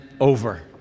over